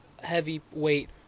heavyweight